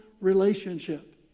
relationship